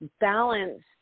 balance